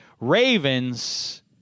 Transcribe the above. Ravens